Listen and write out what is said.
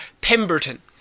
Pemberton